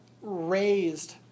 raised